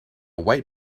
white